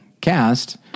cast